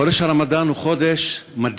חודש הרמדאן בעיצומו,